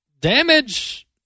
damage